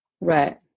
right